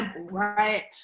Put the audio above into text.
right